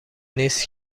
نیست